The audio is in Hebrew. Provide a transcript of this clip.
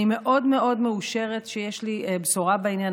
אני מאוד מאוד מאושרת שיש לי בשורה בעניין